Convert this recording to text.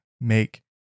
make